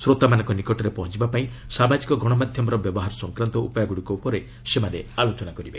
ଶ୍ରୋତାମାନଙ୍କ ନିକଟରେ ପହଞ୍ଚିବା ପାଇଁ ସାମାଜିକ ଗଣମାଧ୍ୟମର ବ୍ୟବହାର ସଂକ୍ରାନ୍ତ ଉପାୟଗୁଡ଼ିକ ଉପରେ ସେମାନେ ଆଲୋଚନା କରିବେ